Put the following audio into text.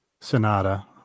Sonata